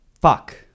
Fuck